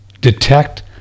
detect